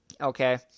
Okay